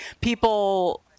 people